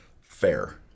Fair